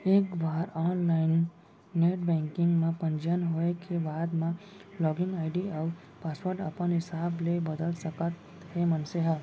एक बार online net banking म पंजीयन होए के बाद म लागिन आईडी अउ पासवर्ड अपन हिसाब ले बदल सकत हे मनसे ह